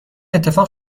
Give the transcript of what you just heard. اتفاق